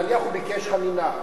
נניח הוא ביקש חנינה,